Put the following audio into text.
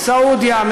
סעודיה,